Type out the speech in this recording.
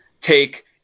take